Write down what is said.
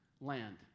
land